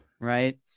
Right